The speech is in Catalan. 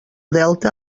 delta